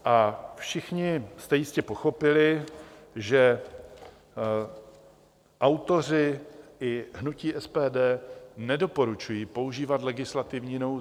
A všichni jste jistě pochopili, že autoři i hnutí SPD nedoporučují používat legislativní nouzi.